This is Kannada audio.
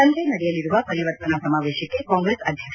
ಸಂಜೆ ನಡೆಯಲಿರುವ ಪರಿವರ್ತನಾ ಸಮಾವೇಶಕ್ಕೆ ಕಾಂಗ್ರೆಸ್ ಅಧ್ಯಕ್ಷ